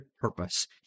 purpose